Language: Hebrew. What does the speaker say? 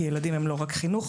כי ילדים הם לא רק חינוך,